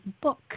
book